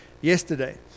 yesterday